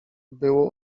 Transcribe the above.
był